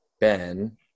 Ben